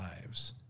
lives